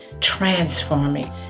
transforming